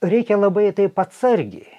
reikia labai taip atsargiai